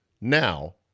Now